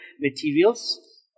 materials